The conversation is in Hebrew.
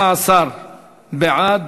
19 בעד,